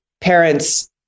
parents